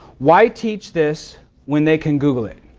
why teach this when they can google it?